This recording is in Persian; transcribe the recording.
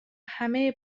همه